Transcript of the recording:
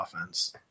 offense